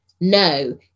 no